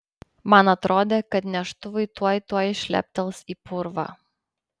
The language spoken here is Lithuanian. man atrodė kad neštuvai tuoj tuoj šleptels į purvą